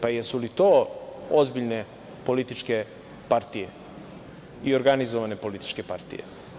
Pa, jesu li to ozbiljne političke partije i organizovane političke partije?